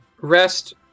Rest